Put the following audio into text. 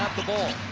the ball.